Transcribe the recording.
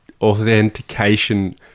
authentication